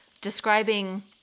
describing